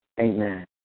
Amen